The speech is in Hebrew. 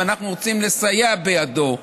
ואנחנו רוצים לסייע בידו.